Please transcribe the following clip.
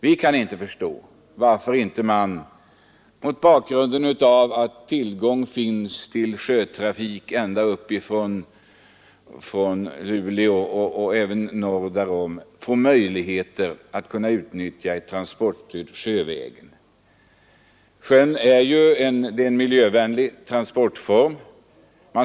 Vi kan inte förstå att det mot bakgrunden av att det finns möjlighet att bedriva sjötrafik uppifrån Luleå och t.o.m. norr därom inte skall finnas möjligheter till transportstöd för denna transportgren. Det är ju en miljövänlig transportform.